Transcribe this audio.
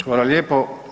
Hvala lijepo.